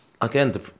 again